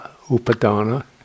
upadana